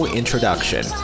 introduction